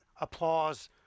applause